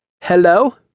Hello